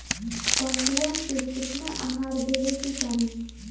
पशुअन के केतना आहार देवे के चाही?